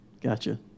Gotcha